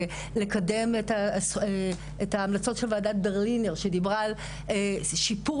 לקדם את המלצות ועדת ברלינר שדיברה על שיפור